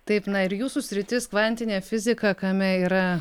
taip na ir jūsų sritis kvantinė fizika kame yra